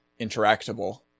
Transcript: interactable